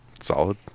Solid